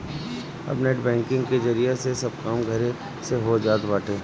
अब net banking के जरिया से सब काम घरे से हो जात बाटे